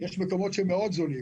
יש מקומות שבהם הם זולים מאוד.